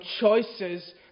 choices